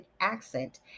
accent